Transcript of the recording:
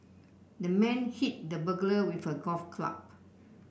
the man hit the burglar with a golf club